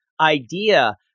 idea